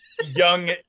Young